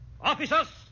Officers